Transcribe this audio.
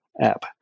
app